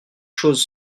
choses